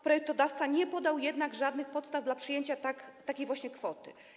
Projektodawca nie podał jednak żadnych podstaw przyjęcia takiej właśnie kwoty.